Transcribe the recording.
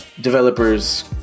developers